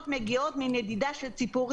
אנחנו משקיעים בדיון הזה אל תעבדו עלינו.